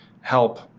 help